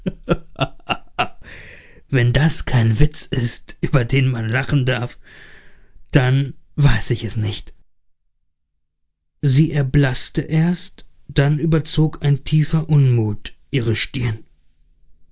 wenn das kein witz ist über den man lachen darf dann weiß ich es nicht sie erblaßte erst dann überzog ein tiefer unmut ihre stirn